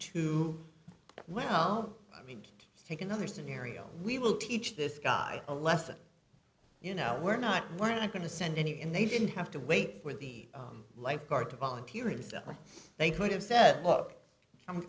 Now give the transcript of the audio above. to well let me take another scenario we will teach this guy a lesson you know we're not we're not going to send any and they didn't have to wait for the lifeguard to volunteer and they could have said